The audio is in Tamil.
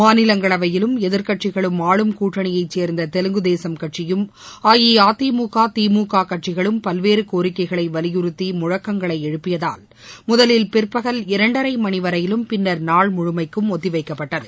மாநிலங்களவையிலும் எதிர்க்கட்சிகளும் ஆளும் கூட்டணியைச் சேர்ந்த தெலுங்கு தேசம் கட்சியும் அஇஅதிமுக திமுக கட்சிகளும் பல்வேறு கோரிக்கைகளை வலியறுத்தி முழக்கங்களை எழுப்பியதால் முதலில் பிற்பகல் இரண்டரை மணிவரையிலும் பின்னர் நாள் முழுமைக்கும் ஒத்திவைக்கப்பட்டது